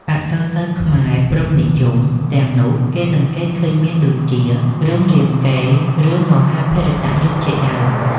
អក្សរសិល្ប៍ខ្មែរព្រហ្មនិយមទាំងនោះ គេសង្កេតឃើញមានដូចជា រឿងរាមកេរ្តិ៍ រឿង មហាភារតយុទ្ធ ជាដើម។